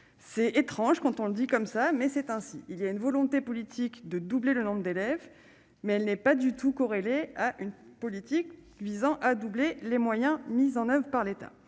c'est étrange quand on le dit comme ça, mais c'est ainsi, il y a une volonté politique de doubler le nombre d'élèves, mais elle n'est pas du tout corrélés à une politique visant à doubler les moyens mis en oeuvre par l'État